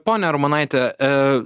ponia armonaite e